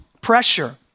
pressure